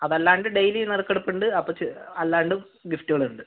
അതല്ലാണ്ട് ഡെയ്ലി നറുക്കെടുപ്പിണ്ട് അപ്പോൾ അല്ലാണ്ടും ഗിഫ്റ്റുകളുണ്ട്